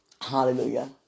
Hallelujah